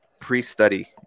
pre-study